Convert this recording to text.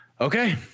Okay